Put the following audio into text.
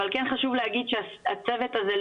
אבל כן חשוב להגיד שהצוות הזה,